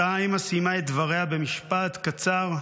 אותה אימא סיימה את דבריה במשפט קצר,